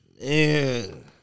Man